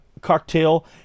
cocktail